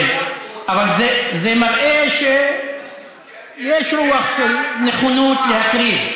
כן, אבל זה מראה שיש רוח של נכונות להקריב.